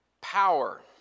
power